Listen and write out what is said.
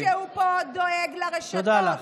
מישהו פה דואג לרשתות, תודה לך.